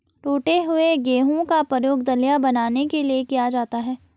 टूटे हुए गेहूं का प्रयोग दलिया बनाने के लिए किया जाता है